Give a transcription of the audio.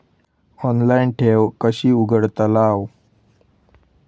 Online ठेव कशी उघडतलाव?